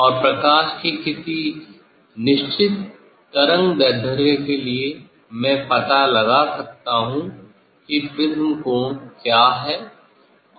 और प्रकाश की किसी निश्चित तरंगदैर्ध्य के लिए मैं पता कर सकता हूँ कि प्रिज्म कोण क्या है